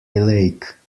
lake